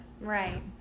right